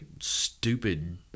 stupid